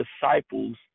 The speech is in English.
disciples